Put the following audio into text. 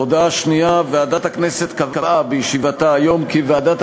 הודעה שנייה: ועדת הכנסת קבעה בישיבתה היום כי ועדת